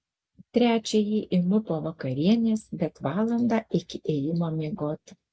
trečiąjį imu po vakarienės bet valandą iki ėjimo miegoti